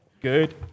Good